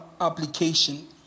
application